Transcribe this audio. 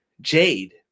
Jade